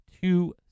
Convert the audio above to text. two